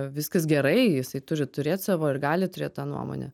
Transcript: viskas gerai jisai turi turėt savo ir gali turėt tą nuomonę